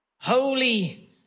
Holy